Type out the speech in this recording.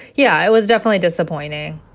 yeah, it was definitely disappointing.